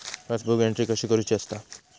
Passbook entry कशी करुची असता?